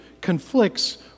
conflicts